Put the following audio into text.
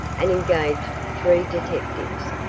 and engaged three detectives,